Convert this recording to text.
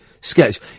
sketch